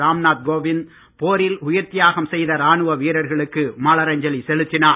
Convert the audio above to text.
ராம்நாத் கோவிந்த் போரில் உயிர்தியாகம் செய்த ராணுவ வீரர்களுக்கு மலரஞ்சலி செலுத்தினார்